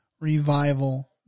revival